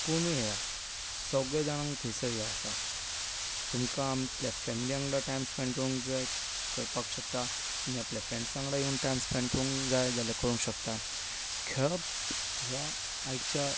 कोणूय येया सगळे जाणांक थंयसर हें आसा तुमकां आपल्या फेमिली वांगडा टायम स्पॅंड करूंक जाय करपाक शकता आपल्या फ्रॅंड्सा वांगडा येवन टायम स्पॅंड करपाक जाय जाल्यार करूंक शकता खेळप म्हळ्यार आयच्या